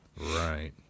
Right